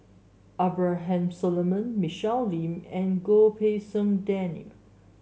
Abraham Solomon Michelle Lim and Goh Pei Siong Daniel